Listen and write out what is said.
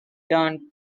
turn